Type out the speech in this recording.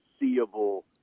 seeable